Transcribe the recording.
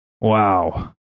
Wow